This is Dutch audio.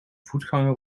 voetganger